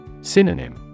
Synonym